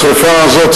השרפה הזאת,